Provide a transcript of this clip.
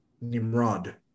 Nimrod